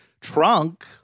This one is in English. trunk